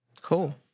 Cool